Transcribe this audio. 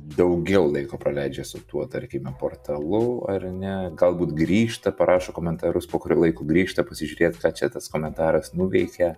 daugiau laiko praleidžia su tuo tarkime portalu ar ne galbūt grįžta parašę komentarus po kurio laiko grįžta pasižiūrėti ką čia tas komentaras nuveikė